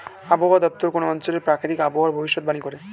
আবহাওয়া দপ্তর কোন অঞ্চলের প্রাকৃতিক আবহাওয়ার ভবিষ্যতবাণী করে